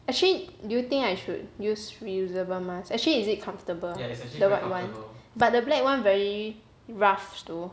actually do you think I should use reusable mask actually is it comfortable the white [one] but the black [one] very rough though